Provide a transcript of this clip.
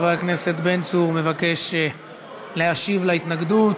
חבר הכנסת בן צור מבקש להשיב על ההתנגדות.